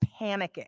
panicking